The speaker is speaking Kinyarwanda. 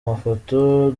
mafoto